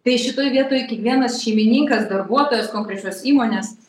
tai šitoj vietoj kiekvienas šeimininkas darbuotojas konkrečios įmonės